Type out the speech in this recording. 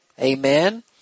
Amen